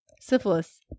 Syphilis